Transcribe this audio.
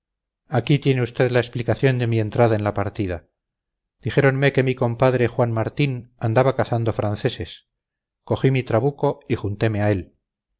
aquí tiene usted la explicación de mi entrada en la partida dijéronme que mi compadre juan martín andaba cazando franceses cogí mi trabuco y junteme a él